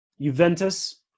Juventus